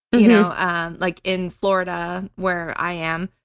you know and like in florida where i am,